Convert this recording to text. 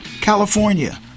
California